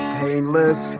painless